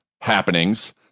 happenings